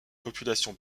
population